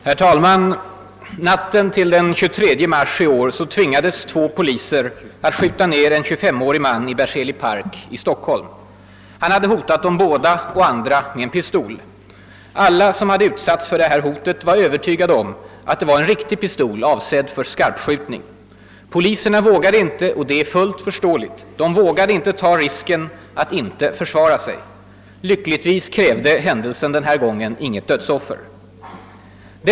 Herr talman! Natten till den 23 mars i år tvingades två poliser skjuta ner en 25-årig man i Berzelii park i Stockholm. Han hade hotat dem båda och andra med en pistol. Alla som hade utsatts för det här botet var övertygade om att det var en riktig pistol, avsedd för skarpskjutning. Poliserna vågade inte — och det är fullt förståeligt — ta risken att inte försvara sig. Lyckligtvis krävde händelsen den här gången inget dödsoffer.